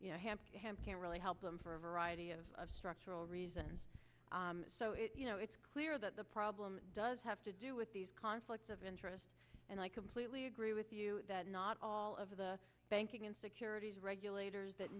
hamp hamp can't really help them for a variety of structural reasons so it you know it's clear that the problem does have to do with these conflicts of interest and i completely agree with you that not all of the banking and securities regulators that